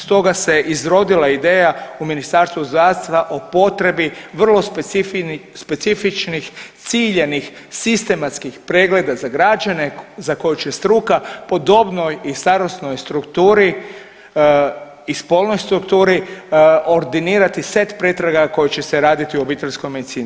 Stoga se izrodila ideja u Ministarstvu zdravstva o potrebi vrlo specifičnih, ciljanih, sistematskih pregleda za građane za koje će struka po dobnoj i starosnoj strukturi i spolnoj strukturi ordinirati set pretraga koje će se raditi u obiteljskoj medicini.